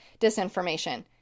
disinformation